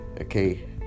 okay